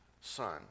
son